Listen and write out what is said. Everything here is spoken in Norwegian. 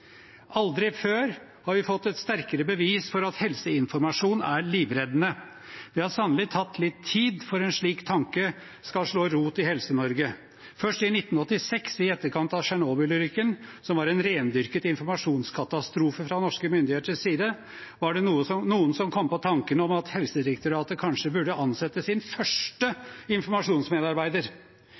Aldri før har vi fått et sterkere bevis for at helseinformasjon er livreddende. Det har sannelig tatt litt tid for en slik tanke å slå rot i Helse-Norge. Først i 1986, i etterkant av Tsjernobyl-ulykken, som var en rendyrket informasjonskatastrofe fra norske myndigheters side, var det noen som kom på tanken om at Helsedirektoratet kanskje burde ansette sin første informasjonsmedarbeider.